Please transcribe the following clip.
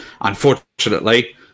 unfortunately